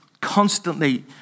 constantly